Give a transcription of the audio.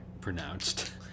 pronounced